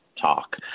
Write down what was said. talk